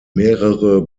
mehrere